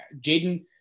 Jaden